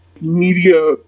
media